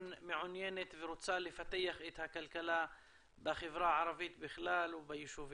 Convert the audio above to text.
מעוניינת ורוצה לפתח את הכלכלה בחברה הערבית בכלל וביישובים.